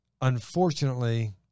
Unfortunately